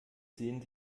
sehen